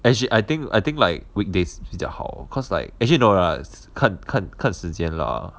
actually I think I think like weekdays 比较好 cause like actually no lah 看看看时间 lah